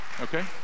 okay